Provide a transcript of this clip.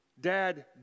Dad